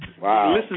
Wow